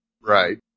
Right